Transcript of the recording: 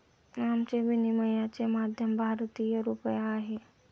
आमचे विनिमयाचे माध्यम भारतीय रुपया आहे